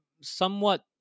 somewhat